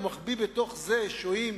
ומחביא בתוכה שוהים,